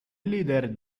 leader